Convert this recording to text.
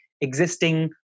existing